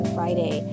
Friday